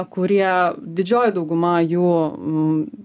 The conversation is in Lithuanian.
kurie didžioji dauguma jų